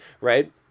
right